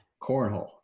Cornhole